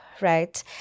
right